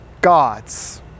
God's